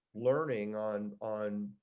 learning on on.